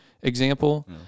example